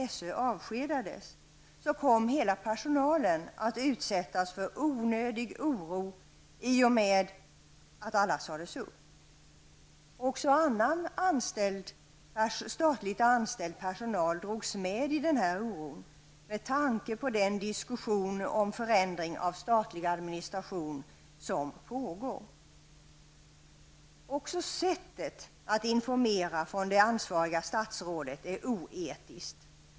Med tanke på den diskussion som pågår om förändring av den statliga administrationen drogs även annan statligt anställd personal med i denna oro. Även det ansvariga statsrådets sätt att informera på är oetiskt.